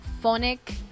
phonic